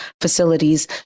facilities